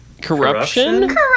corruption